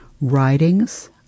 Writings